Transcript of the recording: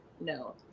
no